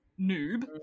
noob